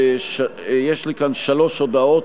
יש לי כאן שלוש הודעות,